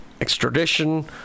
extradition